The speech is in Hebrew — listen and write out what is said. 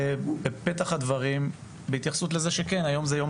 בפתח הדברים בהתייחסות לזה שהיום זה יום